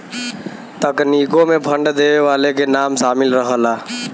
तकनीकों मे फंड देवे वाले के नाम सामिल रहला